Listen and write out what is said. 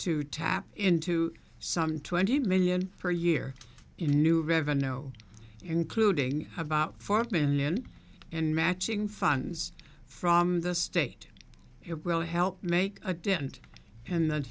to tap into some twenty million per year in new revenue no including about four million in matching funds from the state it will help make a dent in that